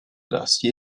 dusty